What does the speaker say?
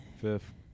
Fifth